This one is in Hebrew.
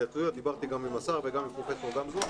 דיברתי גם עם השר וגם עם פרופ' גמזו.